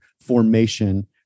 formation